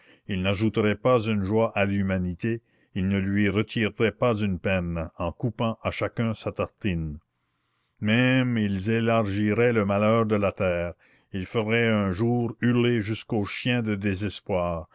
ils n'ajouteraient pas une joie à l'humanité ils ne lui retireraient pas une peine en coupant à chacun sa tartine même ils élargiraient le malheur de la terre ils feraient un jour hurler jusqu'aux chiens de désespoir